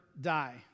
die